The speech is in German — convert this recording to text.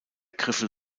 griffel